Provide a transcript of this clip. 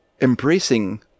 embracing